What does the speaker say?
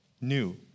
new